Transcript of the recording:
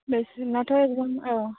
नोंसोरनाथ' औ